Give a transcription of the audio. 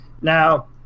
Now